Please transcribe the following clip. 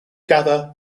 gather